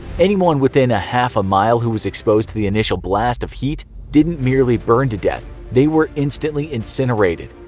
anyone within a half mile who was exposed to the initial blast of heat didn't merely burn to death they were instantly incinerated.